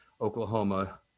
Oklahoma